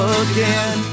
again